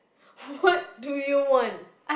what do you want